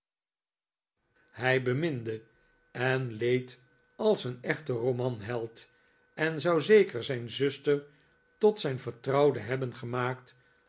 hij beminde en leed als een echte romanheld en zou zeker zijn zuster tot zijn vertrouwde hebben gemaakt